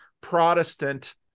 Protestant